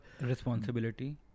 responsibility